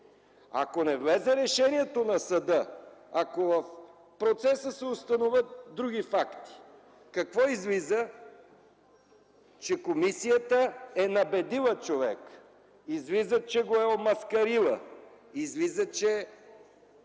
Ако не влезе решението на съда – ако в процеса се установят други факти, какво излиза? Че комисията е набедила човека, излиза, че го е омаскарила, излиза, че